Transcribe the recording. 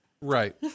Right